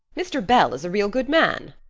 mr. bell is a real good man.